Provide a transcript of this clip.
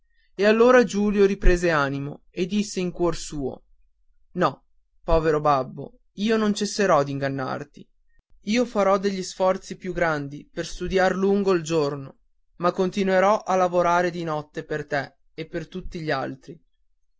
e allora giulio riprese animo e disse in cuor suo no povero babbo io non cesserò d'ingannarti io farò degli sforzi più grandi per studiar lungo il giorno ma continuerò a lavorare di notte per te e per tutti gli altri